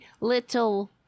little